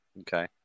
Okay